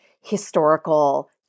historical